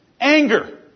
anger